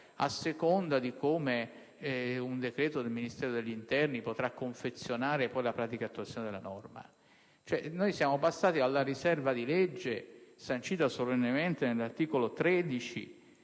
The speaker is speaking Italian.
a seconda di come un decreto del Ministero dell'interno potrà confezionare poi la pratica attuazione della norma? La riserva di legge sancita solennemente nell'articolo 13